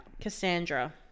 Cassandra